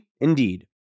Indeed